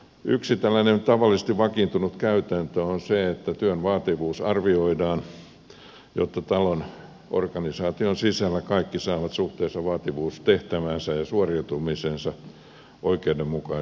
yksi tällainen tavallisesti vakiintunut käytäntö on se että työn vaativuus arvioidaan jotta organisaation sisällä kaikki saavat suhteessa tehtävänsä vaativuuteen ja suoriutumiseensa oikeudenmukaista palkkaa